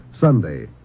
Sunday